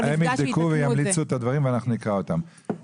יבדקו וימליצו את הדברים ואנחנו נקרא אותם.